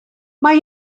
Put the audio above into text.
mae